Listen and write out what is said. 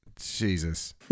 Jesus